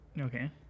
Okay